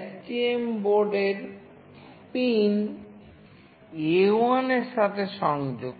STM বোর্ডের pin A1 এর সাথে সংযুক্ত